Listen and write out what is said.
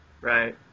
Right